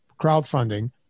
crowdfunding